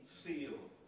sealed